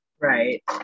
Right